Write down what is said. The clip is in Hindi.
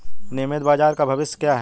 नियमित बाजार का भविष्य क्या है?